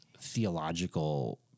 theological